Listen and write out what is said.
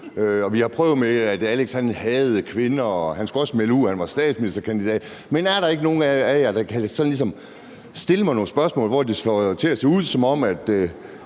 Vi har prøvet med at sige, at Alex hadede kvinder, og at han også skulle melde ud, at han var statsministerkandidat, men er der ikke nogen af jer, der sådan ligesom kan stille mig nogle spørgsmål, hvor jeg kan svare, så det